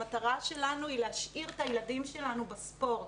המטרה שלנו היא להשאיר את הילדים שלנו בספורט.